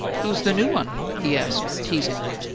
who's the new one? he asked, teasingly.